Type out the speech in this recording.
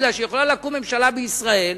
כי יכולה לקום ממשלה בישראל,